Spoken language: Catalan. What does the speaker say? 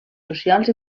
socials